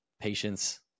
patience